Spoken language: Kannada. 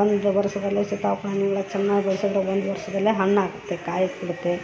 ಒಂದು ವರುಷದಲ್ಲೆ ಸೀತಾಫಲ್ ಹಣ್ಣುಗಳು ಚೆನ್ನಾಗಿ ಬೆಳ್ಸದ್ರ ಒಂದು ವರ್ಷ್ದಲ್ಲೇ ಹಣ್ಣ್ ಆಗುತ್ತೆ ಕಾಯಿ ಬಿಡುತ್ತೆ